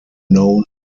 known